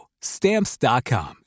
Stamps.com